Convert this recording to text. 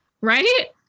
right